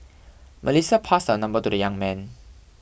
Melissa passed her number to the young man